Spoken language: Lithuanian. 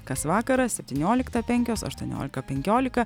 kas vakarą septynioliktą penkios aštuoniolika penkiolika